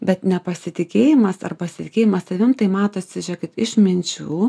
bet nepasitikėjimas ar pasitikėjimas savim tai matosi žiūrėkit iš minčių